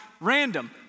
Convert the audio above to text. random